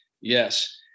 Yes